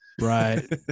right